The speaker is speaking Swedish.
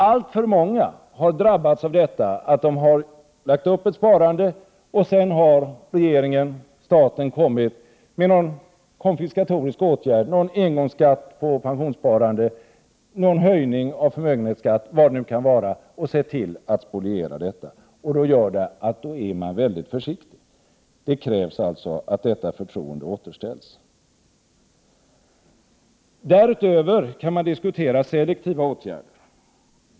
Alltför många har drabbats av att de har lagt upp ett sparande och att sedan regeringen-staten kommit med någon konfiskatorisk åtgärd — en engångsskatt på pensionssparande, en höjning av förmögenhetsskatten eller vad det nu kan vara — och spolierat detta. Sedan är man mycket försiktig. Det krävs alltså att förtroendet återställs. Därutöver kan man diskutera selektiva åtgärder.